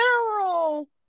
general